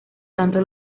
tanto